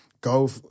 go